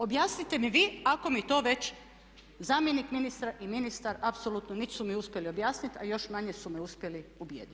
Objasnite mi vi ako mi to već zamjenik ministra i ministar apsolutno niti su mi uspjeli objasniti, a još manje su me uspjeli ubijediti.